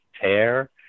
tear